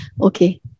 Okay